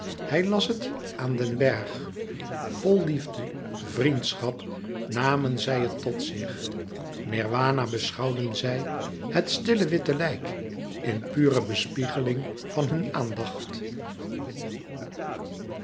hij las het aan den bergh vol liefde vriendschap namen zij het tot zich nirwana beschouwden zij het stille witte lijk in pure bespiegeling van hun aandacht